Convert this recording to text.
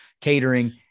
catering